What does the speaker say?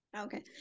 Okay